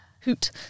hoot